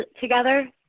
together